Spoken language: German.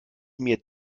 mir